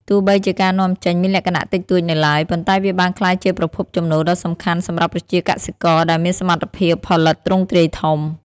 ទោះបីជាការនាំចេញមានលក្ខណៈតិចតួចនៅឡើយ ប៉ុន្តែវាបានក្លាយជាប្រភពចំណូលដ៏សំខាន់សម្រាប់ប្រជាកសិករដែលមានសមត្ថភាពផលិតទ្រង់ទ្រាយធំ។